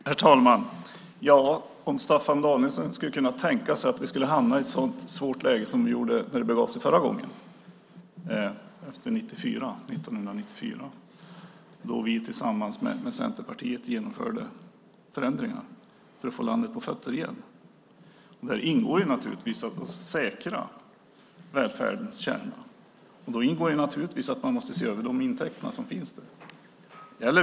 Herr talman! Kanske skulle Staffan Danielsson kunna tänka sig att vi hamnar i samma svåra läge som förra gången det begav sig, 1994, då vi tillsammans med Centerpartiet genomförde förändringar för att få landet på fötter igen. Däri ingår naturligtvis att säkra välfärdens kärna. Självfallet ingår då också att se över vilka intäkter som finns.